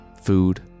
Food